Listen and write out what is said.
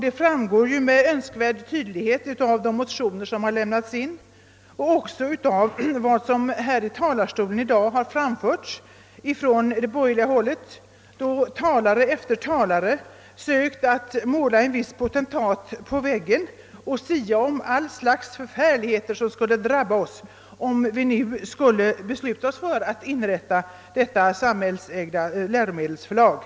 Det framgår med all önskvärd tydlighet av de motioner som har väckts och även av vad som har framförts i denna talarstol i dag från borgerligt håll, då talare efter talare sökt att måla en viss potentat på väggen och sia om alla slags förfärligheter som skulle komma att drabba oss, om vi nu skulle besluta oss för att inrätta detta samhällsägda läromedelsförlag.